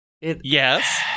Yes